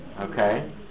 Okay